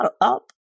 up